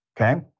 Okay